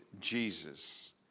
Jesus